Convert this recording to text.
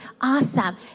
Awesome